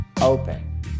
open